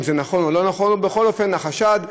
אם זה נכון או לא נכון, אבל בכל אופן, החשד.